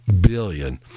billion